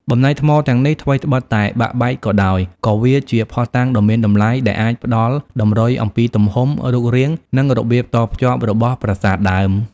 បំណែកថ្មទាំងនេះ ថ្វីត្បិតតែបាក់បែកក៏ដោយ ក៏វាជាភស្តុតាងដ៏មានតម្លៃដែលអាចផ្តល់តម្រុយអំពីទំហំ រូបរាង និងរបៀបតភ្ជាប់របស់ប្រាសាទដើម។